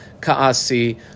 kaasi